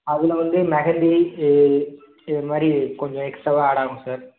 அதில் வந்து மெஹந்தி இது மாதிரி கொஞ்சம் எக்ஸ்ட்ராவா ஆட் ஆகும் சார்